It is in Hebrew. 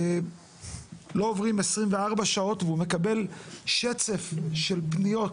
לא עוברות 24 שעות והוא מקבל שצף של פניות